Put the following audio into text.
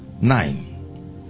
Nine